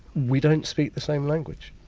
we don't speak the same language